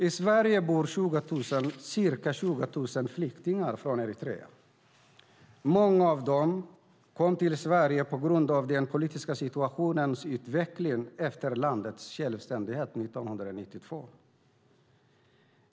I Sverige bor det ca 20 000 flyktingar från Eritrea. Många av dem kom till Sverige på grund av den politiska situationens utveckling efter landets självständighet 1992.